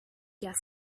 gas